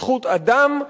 זכות אדם,